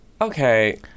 Okay